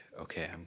okay